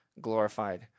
glorified